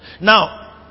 Now